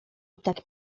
tak